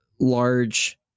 large